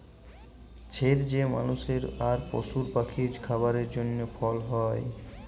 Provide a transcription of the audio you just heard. ছের যে মালুসের আর পশু পাখির খাবারের জ্যনহে ফল হ্যয়